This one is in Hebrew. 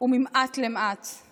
וממעט למעט /